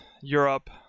Europe